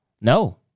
No